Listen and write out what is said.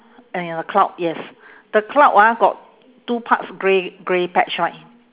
and a cloud yes the cloud ah got two parts grey grey patch [one]